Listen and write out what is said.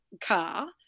car